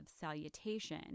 salutation